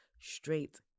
straight